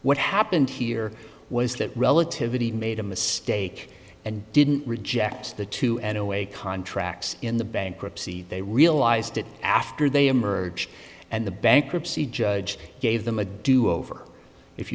what happened here was that relativity made a mistake and didn't reject the two anyway contracts in the bankruptcy they realized that after they emerged and the bankruptcy judge gave them a do over if